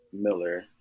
Miller